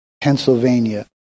Pennsylvania